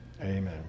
Amen